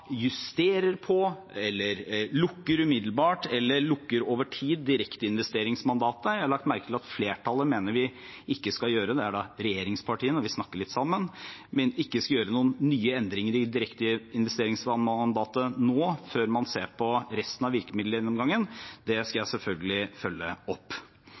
justerer på, lukker umiddelbart eller lukker over tid direkteinvesteringsmandatet. Jeg har lagt merke til at flertallet – det dreier seg da om regjeringspartiene, vi snakker litt sammen – mener vi ikke skal gjøre noen nye endringer i direkteinvesteringsmandatet nå, før man ser på resten av virkemiddelgjennomgangen. Det skal jeg selvfølgelig følge opp.